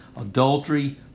adultery